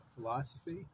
philosophy